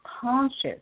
conscious